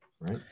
right